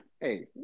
Hey